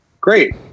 great